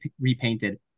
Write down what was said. repainted